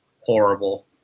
horrible